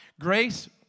Grace